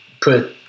put